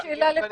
אני מודה לכם,